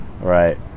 Right